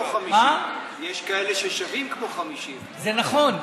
יש כאלה ששווים כמו 50. זה נכון.